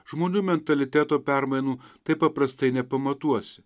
žmonių mentaliteto permainų taip paprastai nepamatuosi